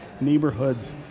neighborhoods